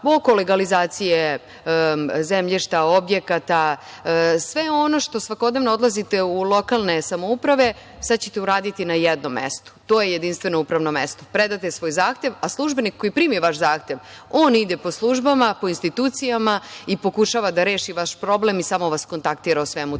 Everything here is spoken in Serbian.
oko legalizacije zemljišta, objekata, sve ono zbog čega svakodnevno odlazite u lokalne samouprave, sada ćete uraditi na jednom mestu. To je jedinstveno upravno mesto. Predate svoj zahtev, a službenik koji primi vaš zahtev ide po službama, po institucijama i pokušava da reši vaš problem i samo vas kontaktira o svemu